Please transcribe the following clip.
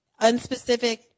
unspecific